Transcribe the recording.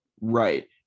Right